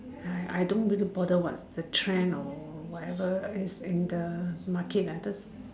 I don't really bother what's the trend or whatever is in the market lah just